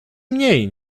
mniej